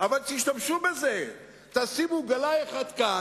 אבל תשתמשו בזה: תשימו גלאי אחד כאן,